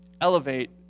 elevate